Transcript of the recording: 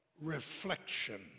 Reflection